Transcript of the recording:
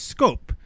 Scope